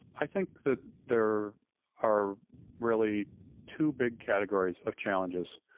i think that there are really two big categories of challenges.